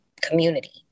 community